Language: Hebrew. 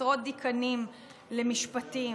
עשרות דיקנים למשפטים,